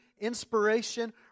inspiration